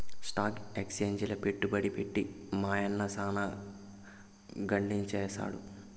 stock ఎక్సేంజిల పెట్టుబడి పెట్టి మా యన్న సాన గడించేసాడు